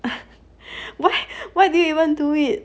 why why do you even do it